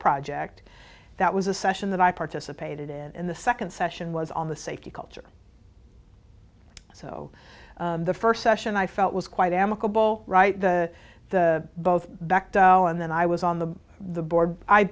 project that was a session that i participated in in the second session was on the safety culture so the first session i felt was quite amicable right the both backed and then i was on the board i